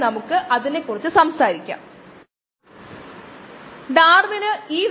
നമ്മൾ അതിനെക്കുറിച്ച് ചിന്തിക്കുന്നു